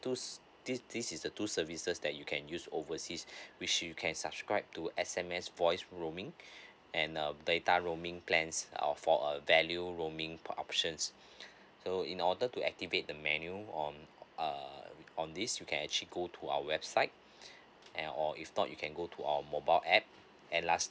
two this this is the two services that you can use overseas which you can subscribe to S_M_S voice roaming and um data roaming plans uh for a value roaming options so in order to activate the menu on uh on this you can actually go to our website and or if not you can go to our mobile app and lastly